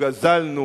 גזלנו,